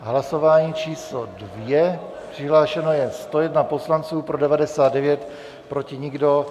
Hlasování číslo 2, přihlášeno je 101 poslanců, pro 99, proti nikdo.